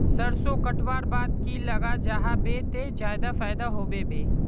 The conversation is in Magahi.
सरसों कटवार बाद की लगा जाहा बे ते ज्यादा फायदा होबे बे?